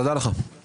הישיבה נעולה.